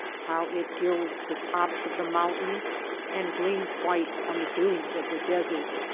how it gilds the tops of the mountains and gleams white on the dunes of the desert!